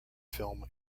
film